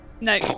No